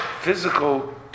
Physical